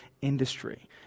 industry